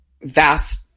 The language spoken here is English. vast